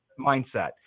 mindset